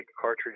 cartridge